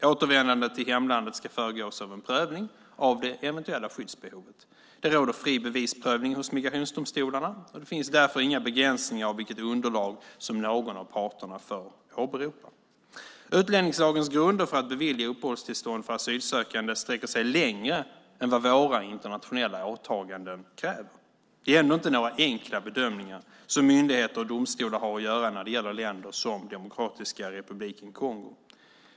Återvändande till hemlandet ska föregås av en prövning av det eventuella skyddsbehovet. Det råder fri bevisprövning hos migrationsdomstolarna och det finns därför inga begränsningar av vilket underlag som någon av parterna får åberopa. Utlänningslagens grunder för att bevilja uppehållstillstånd för asylsökande sträcker sig längre än vad våra internationella åtaganden kräver. Det är ändå inte några enkla bedömningar som myndigheter och domstolar har att göra när det gäller länder som Demokratiska republiken Kongo.